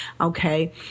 Okay